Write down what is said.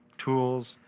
tools,